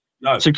No